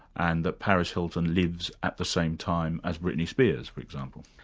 and that paris hilton lives at the same time as britney spears for example.